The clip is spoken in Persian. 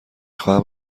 خواهم